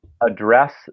address